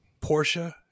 Porsche